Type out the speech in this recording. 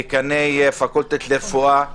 דיקני פקולטות לרפואה.